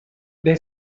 they